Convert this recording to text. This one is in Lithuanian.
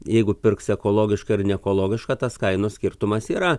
jeigu pirks ekologišką ir neekologišką tas kainos skirtumas yra